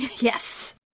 Yes